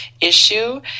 issue